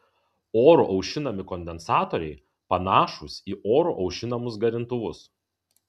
oru aušinami kondensatoriai panašūs į oru aušinamus garintuvus